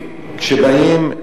וכשבאים,